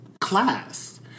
class